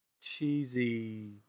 cheesy